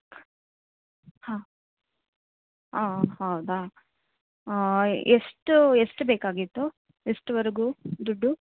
ಹಾಂ ಹೌದಾ ಹಾಂ ಎಷ್ಟು ಎಷ್ಟು ಬೇಕಾಗಿತ್ತು ಎಷ್ಟುವರೆಗೂ ದುಡ್ಡು